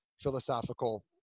philosophical